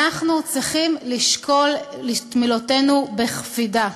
אנחנו צריכים לשקול את מילותינו בקפידה.